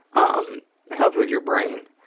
um helps with your brain.